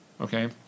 okay